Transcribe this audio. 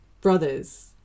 brothers